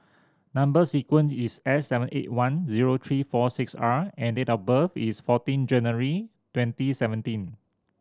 number sequence is S seven eight one zero three four six R and date of birth is fourteen January twenty seventeen